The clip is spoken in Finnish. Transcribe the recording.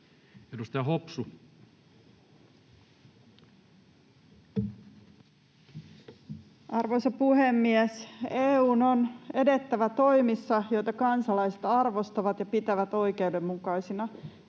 Edustaja Hopsu. Arvoisa puhemies! EU:n on edettävä toimissa, joita kansalaiset arvostavat ja pitävät oikeudenmukaisina.